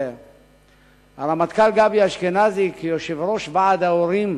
הרמטכ"ל גבי אשכנזי כיושב-ראש ועד ההורים,